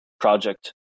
project